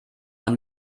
man